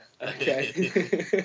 Okay